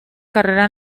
carrera